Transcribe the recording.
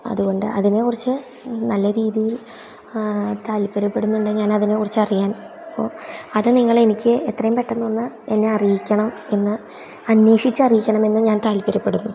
അതുകൊണ്ട് അതിനെ കുറിച്ച് നല്ല രീതിയിൽ താൽപര്യപ്പെടുന്നുണ്ട് ഞാൻ അതിനെക്കുറിച്ച് അറിയാൻ അപ്പോൾ അത് നിങ്ങൾ എനിക്ക് എത്രയും പെട്ടന്ന് ഒന്ന് എന്നെ അറിയിക്കണം എന്ന് അന്വേഷിച്ച് അറിയിക്കണമെന്ന് ഞാൻ താൽപര്യപ്പെടുന്നു